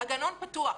הגנון פתוח.